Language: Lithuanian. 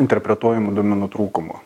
interpretuojamų duomenų trūkumu